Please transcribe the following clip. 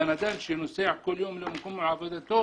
בן אדם שנוסע כל יום למקום עבודתו,